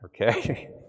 Okay